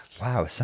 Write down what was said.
Wow